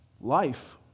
life